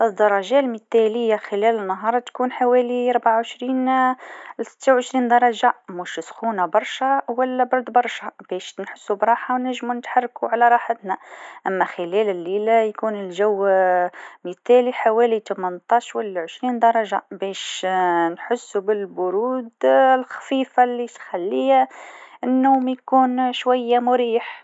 بالنسبة لي، درجة حرارة نهارية مثالية هي حوالي خمس وعشرين درجة مئوية. أما بالليل، تمانتاش درجة تكون مريحة للنوم. بالطبع، يختلف هذا حسب كل واحد، لكن هذي درجات حرارة عموماً مريحة.